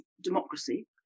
democracy